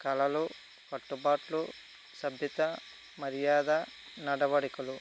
కళలు కట్టుబాట్లు సభ్యత మర్యాద నడవడికలు